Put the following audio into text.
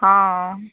हँ हँ